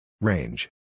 Range